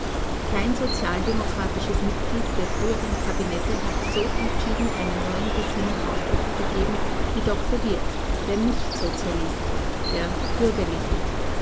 kein sozialdemokratisches mitglied der früheren kabinette hat so entschieden einer neuen gesinnung ausdruck gegeben wie dr wirth der nichtsozialist der bürgerliche